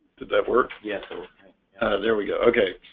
did that work? yes there? we go. okay?